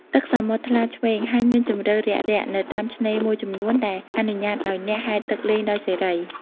ទឹកសមុទ្រថ្លាឆ្វេង ហើយមានជម្រៅរាក់ៗនៅតាមឆ្នេរមួយចំនួន ដែលអនុញ្ញាតឲ្យអ្នកហែលទឹកលេងដោយសេរី។